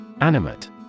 Animate